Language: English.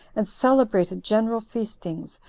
and celebrated general feastings,